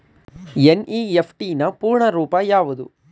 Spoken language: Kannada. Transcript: ಎನ್.ಇ.ಎಫ್.ಟಿ ನ ಪೂರ್ಣ ರೂಪ ಯಾವುದು?